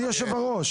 פנייה של עודד פורר,